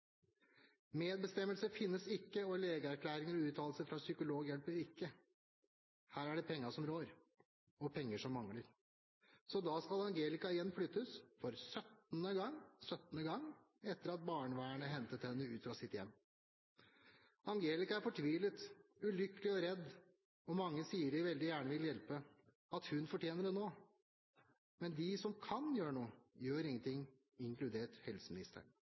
Medbestemmelse finnes ikke, og legeerklæringer og uttalelser fra psykolog hjelper ikke. Her er det pengene som rår, og penger som mangler, så da skal Angelica igjen flyttes, for 17. gang etter at barnevernet hentet henne ut fra sitt hjem. Angelica er fortvilet, ulykkelig og redd, og mange sier de veldig gjerne vil hjelpe, at hun fortjener det nå. Men de som kan gjøre noe, gjør ingenting, inkludert helseministeren.